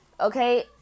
okay